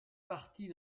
partit